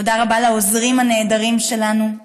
תודה רבה לעוזרים הנהדרים שלנו,